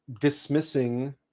dismissing